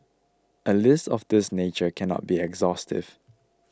a list of this nature cannot be exhaustive